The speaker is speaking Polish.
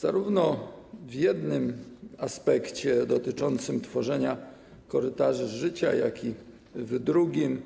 Zarówno w jednym aspekcie, dotyczącym tworzenia korytarzy życia, jak i w drugim